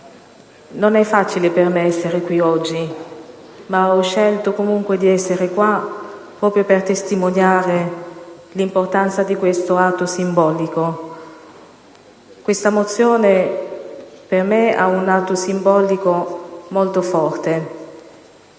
non è facile per me essere qui oggi, ma ho scelto comunque di esserci proprio per testimoniare l'importanza di questo atto simbolico. Questa mozione per me è un atto simbolico molto forte: